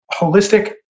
holistic